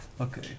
Okay